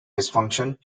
dysfunction